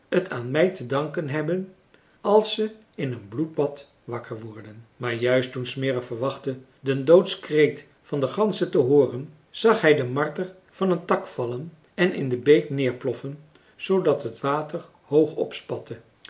t aan mij te danken hebben als ze in een bloedbad wakker worden maar juist toen smirre verwachtte den doodskreet van de ganzen te hooren zag hij den marter van een tak vallen en in de beek neerploffen zoodat het water